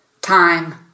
time